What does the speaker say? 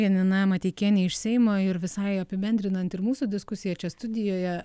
janina mateikienė iš seimo ir visai apibendrinant ir mūsų diskusiją ir čia studijoje